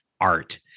art